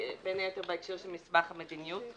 בין היתר בהקשר של מסמך המדיניות.